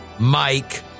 Mike